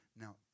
now